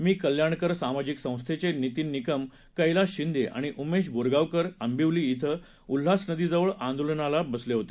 मी कल्याणकर सामाजिक संस्थेचे नितीन निकम कैलास शिंदे आणि उमेश बोरगावकर आंबिवली ओं उल्हास नदीजवळ आंदोलनाला बसले होते